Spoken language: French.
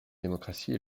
démocratie